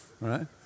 right